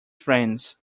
friends